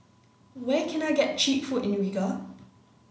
where can I get cheap food in Riga